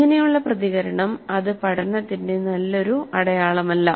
ഇങ്ങനെയുള്ള പ്രതികരണം അത് പഠനത്തിന്റെ നല്ലൊരു അടയാളമല്ല